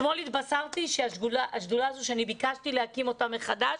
אתמול התבשרתי שהשדולה הזו שביקשתי להקים מחדש,